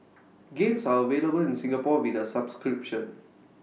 games are available in Singapore with A subscription